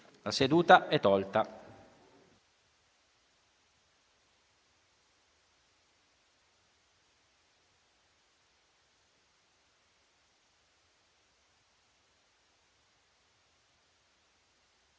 La seduta è tolta